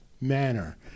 manner